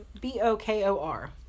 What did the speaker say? B-O-K-O-R